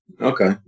Okay